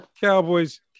Cowboys